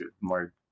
more